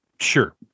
Sure